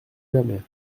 jamais